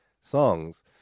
songs